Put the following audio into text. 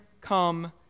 come